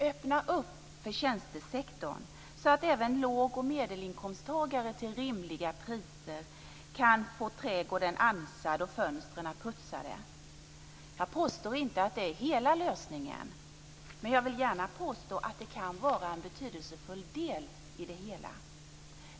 Öppna för tjänstesektorn så att även låg och medelinkomsttagare till rimliga priser kan få trädgården ansad och fönstren putsade! Jag påstår inte att det är hela lösningen, men jag vill gärna påstå att det kan vara en betydelsefull del i det hela.